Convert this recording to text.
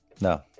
No